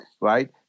right